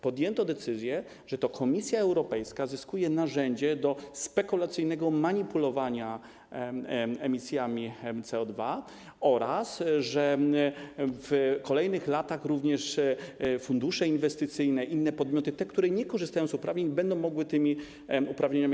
Podjęto decyzję, że to Komisja Europejska zyskuje narzędzie do spekulacyjnego manipulowania emisjami CO2 oraz że w kolejnych latach również fundusze inwestycyjne, inne podmioty, te, które nie korzystają z uprawnień, będą mogły handlować tymi uprawnieniami.